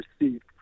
received